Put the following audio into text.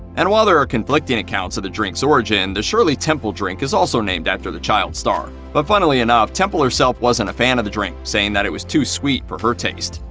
and while there are conflicting accounts of the drinks origin, the shirley temple drink is also named after the child star. but funnily enough, temple herself wasn't a fan of the drink, saying that it was too sweet for her taste.